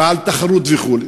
ועל תחרות וכו'.